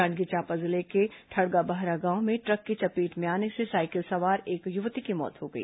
जांजगीर चांपा जिले के ठड़गाबहरा गांव में ट्रक की चपेट में आने से साइकिल सवार एक युवती की मौत हो गई